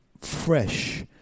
fresh